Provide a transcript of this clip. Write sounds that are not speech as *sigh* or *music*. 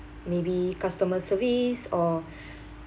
maybe customer service or *breath*